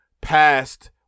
past